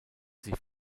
sie